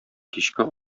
кичке